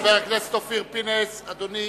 חבר הכנסת אופיר פינס, אדוני,